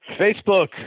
Facebook